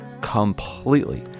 completely